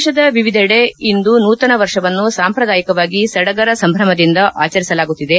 ದೇಶದ ವಿವಿಧೆಡೆ ಇಂದು ನೂತನ ವರ್ಷವನ್ನು ಸಾಂಪ್ರದಾಯಿಕವಾಗಿ ಸಡಗರ ಸಂಭ್ರಮದಿಂದ ಆಚರಿಸಲಾಗುತ್ತಿದೆ